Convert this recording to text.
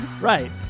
Right